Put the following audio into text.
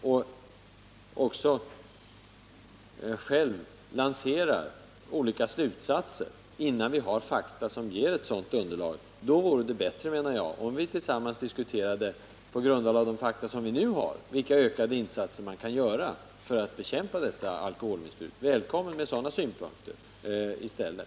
Själv drog Filip Fridolfsson olika slutsatser, trots att vi saknar fakta som kan utgöra underlag. Jag menar att det vore bättre, om vi på grundval av de fakta som vi nu hade tillsammans diskuterade vilka ökade insatser som kan göras för att bekämpa alkoholmissbruket. Välkommen med sådana synpunkter i stället!